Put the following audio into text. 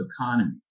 economy